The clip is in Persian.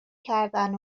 کردن